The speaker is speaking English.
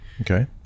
Okay